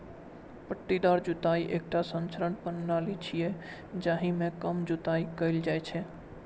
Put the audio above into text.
पट्टीदार जुताइ एकटा संरक्षण प्रणाली छियै, जाहि मे कम जुताइ कैल जाइ छै